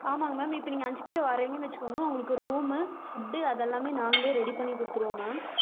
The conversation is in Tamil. ஆமாங்க மேம் இப்போ நீங்கள் அஞ்சு பேர் வரிங்கனு வச்சிக்கோங்க உங்களுக்கு ரூம்மு ஃபுட்டு அது எல்லாமே நாங்களே ரெடி பண்ணி குடுத்துடுவோம் மேம்